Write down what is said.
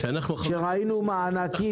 כשראינו מענקים